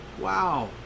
Wow